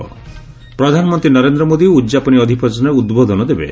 ପ୍ରଧାନମନ୍ତ୍ରୀ ନରେନ୍ଦ୍ର ମୋଦି ଉଦ୍ଯାପନୀ ଅଧିବେଶନରେ ଉଦ୍ବୋଧନ ଦେବେ